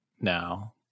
now